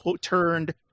turned